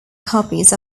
copies